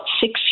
six